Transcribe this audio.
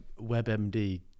WebMD